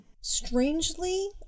strangely